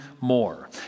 more